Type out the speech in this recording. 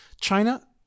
China